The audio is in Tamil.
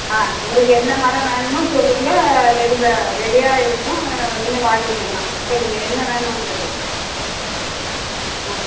ஆ உங்களுக்கு என்ன மரம் வேணுமோ சொல்லுங்க ரெடி ப ரெடியாக இருக்கும் நீங்கள் வாங்கிக்கிடலாம் சொல்லுங்கள் என்ன வேணும் உங்களுக்கு ஆ